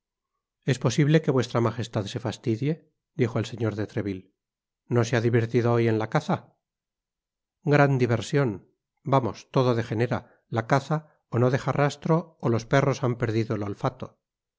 es posible que vuestra magestad se fastidie dijo el señor de treville no se ha divertido hoy en la caza gran diversion vamos todo degenera la caza ó no deja rastro ó los perros han perdido el olfato